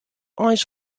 eins